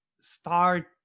start